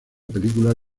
película